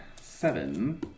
seven